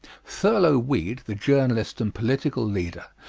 thurlow weed, the journalist and political leader,